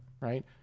right